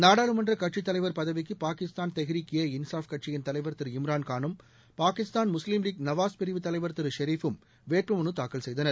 நாடாளுமன்ற தலைவர் பதவிக்கு பாகிஸ்தான் தெஹ்ரீக் ஏ இன்சாஃப் கட்சியின் தலைவர் திரு இம்ரான் கானும் பாகிஸ்தான் முஸ்லீம் லீக் நவாஸ் பிரிவு தலைவர் திரு ஷெரீஃபும் வேட்புமனு தாக்கல் செய்தனர்